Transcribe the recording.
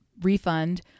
refund